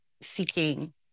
seeking